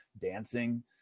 dancing